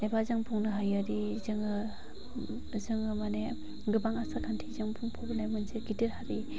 एबा जों बुंनो हायोदि जोङो माने गोबां आसार खान्थिजों बुंफबनाय मोनसे गिदिर हारि